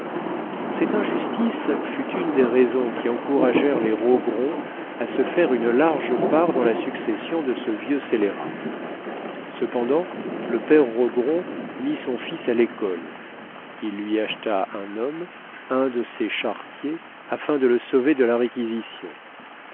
cette injustice fut une des raisons qui encouragèrent les rogron à se faire une large part dans la succession de ce vieux scélérat cependant le père rogron mit son fils à l'école il lui acheta un homme un de ses charretiers afin de le sauver de la réquisition